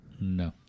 No